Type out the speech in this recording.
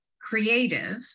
creative